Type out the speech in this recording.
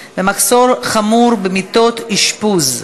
תודה רבה לשר שטייניץ.